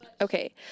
Okay